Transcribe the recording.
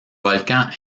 volcan